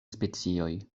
specioj